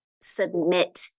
submit